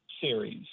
series